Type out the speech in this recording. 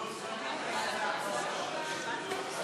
בכירים בשירות המדינה וברשויות המקומיות,